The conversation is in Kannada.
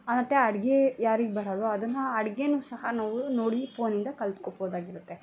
ಮತ್ತು ಅಡ್ಗೆ ಯಾರಿಗೆ ಬರಲ್ವೊ ಅದನ್ನು ಅಡ್ಗೆಯೂ ಸಹ ನಾವು ನೋಡಿ ಫೋನಿಂದ ಕಲ್ತ್ಕೊಳ್ಬೋದಾಗಿರುತ್ತೆ